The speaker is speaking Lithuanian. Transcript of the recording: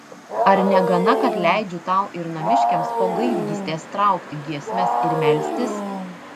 ar negana kad leidžiu tau ir namiškiams po gaidgystės traukti giesmes ir melstis